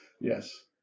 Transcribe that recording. Yes